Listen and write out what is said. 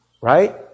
right